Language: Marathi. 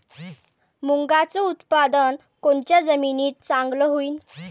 मुंगाचं उत्पादन कोनच्या जमीनीत चांगलं होईन?